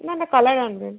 না না কালার আনবে